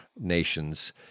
nations